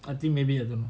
I think maybe haven't